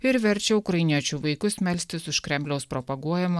ir verčia ukrainiečių vaikus melstis už kremliaus propaguojamą